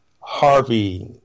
Harvey